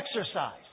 Exercise